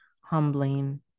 humbling